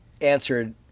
answered